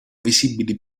visibili